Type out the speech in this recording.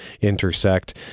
intersect